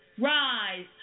Rise